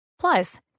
Plus